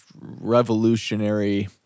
revolutionary